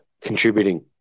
Contributing